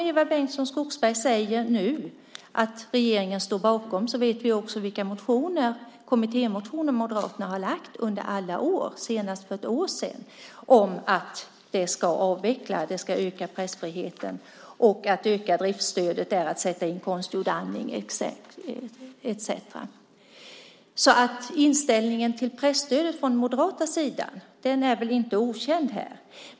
Eva Bengtson Skogsberg säger nu att regeringen står bakom presstödet, men vi vet vilka kommittémotioner Moderaterna har lagt fram under alla år, senast för ett år sedan, om att presstödet ska avvecklas. Det skulle öka pressfriheten. Att öka driftsstödet är att sätta in konstgjord andning, menar Moderaterna. Så Moderaternas inställning till presstödet är väl inte okänd här.